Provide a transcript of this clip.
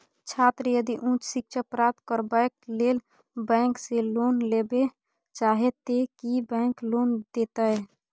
छात्र यदि उच्च शिक्षा प्राप्त करबैक लेल बैंक से लोन लेबे चाहे ते की बैंक लोन देतै?